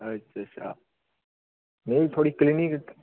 अच्छा अच्छा नेईं थुआढ़ी क्लीनिक